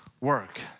work